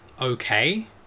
okay